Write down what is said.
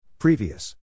Previous